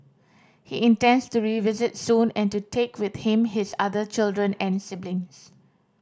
he intends to revisit soon and to take with him his other children and siblings